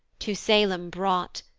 to salem brought,